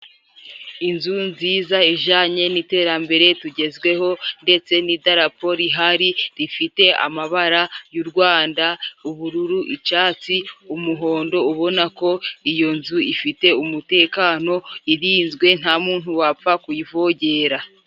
Inzu nziza ijanye n'iterambere tugezweho, ndetse n'idarapo rihari rifite amabara y'u Rwanda, ubururu, icyatsi, umuhondo, ubona ko iyo nzu ifite umutekano irinzwe nta muntu wapfa kuyivogera.